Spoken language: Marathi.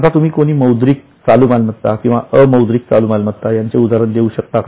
आता तुम्ही कोणी मौद्रिक चालू मालमत्ता किंवा अमौद्रिक चालू मालमत्ता यांचे उदाहरण देऊ शकता का